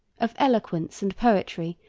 of eloquence and poetry,